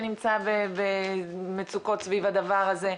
שנמצא במצוקות סביב הדבר הזה,